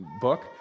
book